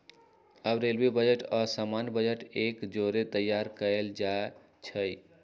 अब railway budget आऽ सामान्य बजट एक जौरे तइयार कएल जाइ छइ